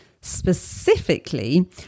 Specifically